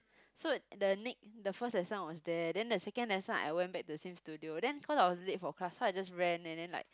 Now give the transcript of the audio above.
so the next the first lesson I was there then the second lesson I went back to the same studio then cause I was late for class so I just ran and then like